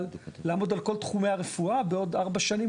לעמוד על כל תחומי הרפואה בעוד ארבע שנים,